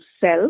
self